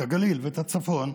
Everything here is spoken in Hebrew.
את הגליל ואת הצפון,